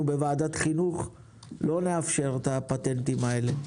בוועדת חינוך לא נאפשר את הפטנטים האלה.